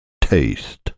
taste